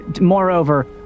moreover